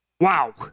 Wow